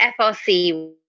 FRC